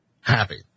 Happy